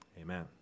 Amen